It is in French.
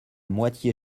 moitié